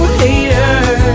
haters